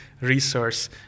resource